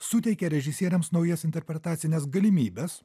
suteikia režisieriams naujas interpretacines galimybes